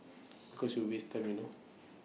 because you waste time you know